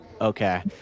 Okay